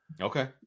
okay